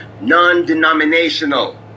non-denominational